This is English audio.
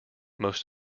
most